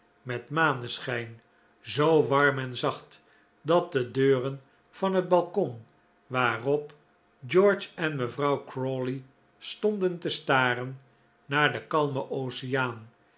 met maneschijn zoo warm en zacht dat de deuren van het balkon waarop george en mevrouw crawley stonden te staren naar den kalmen oceaan